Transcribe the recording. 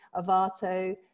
Avato